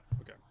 okay